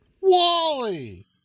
Wally